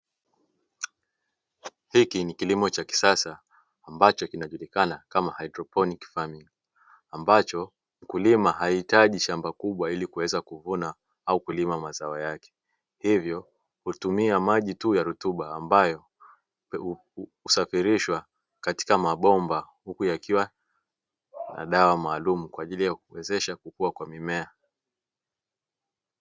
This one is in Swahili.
Hiki ni kilimo cha kisasa ambacho kinajulikana kama haidroponi famingi, ambacho mkulima haitaji shamba kubwa ili kuweza kuvuna au kulima mazao yake, hivyo hutumia maji tu ya rutuba ambayo husafirishwa katika mabomba, huku yakiwa na dawa maalumu kwa ajili ya kuwezesha kukua kwa mimea.